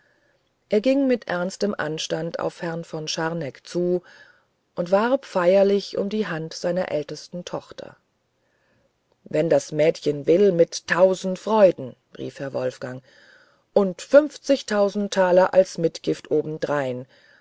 er ging mit ernstem anstand auf herrn von scharneck zu und warb feierlich um die hand seiner ältesten tochter wenn das mädchen will mit tausend freuden rief herr wolfgang und fünfzigtausend taler zur mitgift obendrein